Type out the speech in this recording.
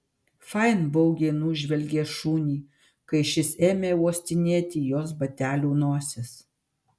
fain baugiai nužvelgė šunį kai šis ėmė uostinėti jos batelių nosis